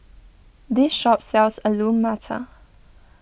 this shop sells Alu Matar